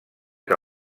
que